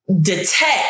detect